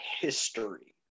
history